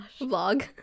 Vlog